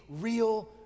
real